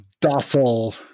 docile